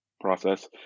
process